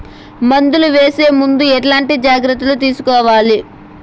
మందులు వేసే ముందు ఎట్లాంటి జాగ్రత్తలు తీసుకోవాలి?